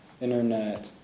internet